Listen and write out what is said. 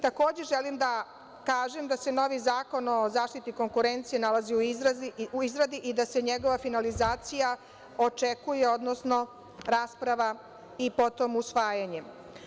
Takođe, želim da kažem da se novi Zakon o zaštiti konkurencije nalazi u izradi i da se njegova finalizacija očekuje, odnosno rasprava i potom usvajanjem.